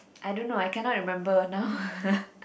I don't know I cannot remember now